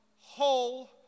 whole